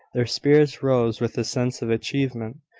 their spirits rose with a sense of achievement,